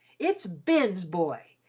it's ben's boy,